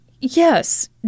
yes